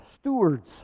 stewards